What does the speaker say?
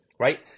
right